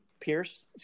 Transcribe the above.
Pierce